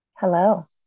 Hello